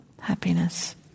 happiness